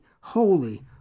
holy